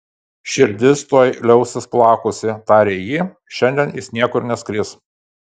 širdis tuoj liausis plakusi tarė ji šiandien jis niekur neskris